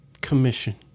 commission